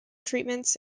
treatments